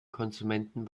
konsumenten